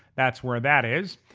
that's where that is.